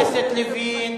חבר הכנסת לוין,